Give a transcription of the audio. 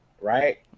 Right